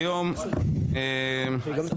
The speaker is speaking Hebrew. בסדר-היום.